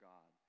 God